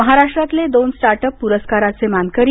महाराष्ट्रातले दोन स्टार्टअप पुरस्काराचे मानकरी